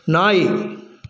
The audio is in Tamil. நாய்